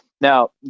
now